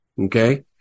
okay